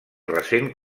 recent